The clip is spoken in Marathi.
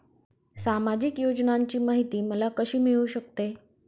सामाजिक योजनांची माहिती मला कशी मिळू शकते?